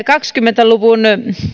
kahdenkymmenen luvun